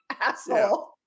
asshole